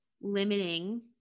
limiting